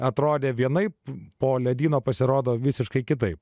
atrodė vienaip po ledyno pasirodo visiškai kitaip